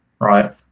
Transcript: Right